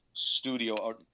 studio